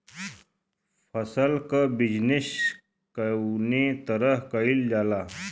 फसल क बिजनेस कउने तरह कईल जाला?